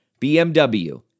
BMW